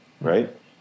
right